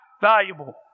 valuable